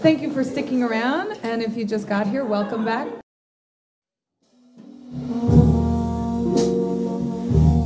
thank you for sticking around and if you just got here welcome back